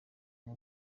ubu